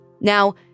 Now